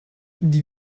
die